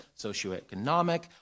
socioeconomic